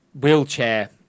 wheelchair